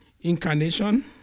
incarnation